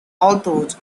authored